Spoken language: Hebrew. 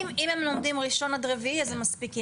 אם הם לומדים ראשון עד רביעי, זה מספיק.